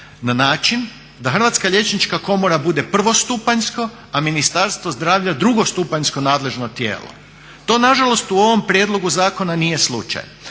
na način da Hrvatska liječnička komora bude prvostupanjsko, a Ministarstvo zdravlja drugostupanjsko nadležno tijelo. To nažalost u ovom prijedlogu zakona nije slučaj.